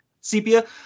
Sepia